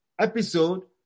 episode